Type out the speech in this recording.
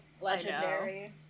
Legendary